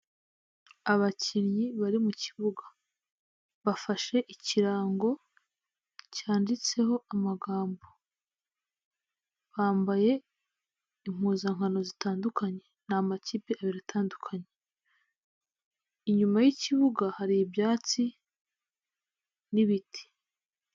Abakinnyi bari mu kibuga bafashe ikirango cyanditseho amagambo, bambaye impuzankano zitandukanye ni amakipe abiri atandukanye, inyuma y'ikibuga hari ibyatsi n'ibiti.